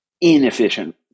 inefficient